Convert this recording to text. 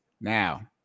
Now